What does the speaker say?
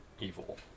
evil